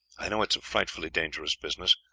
i know it is a frightfully dangerous business,